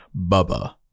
Bubba